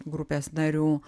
grupės narių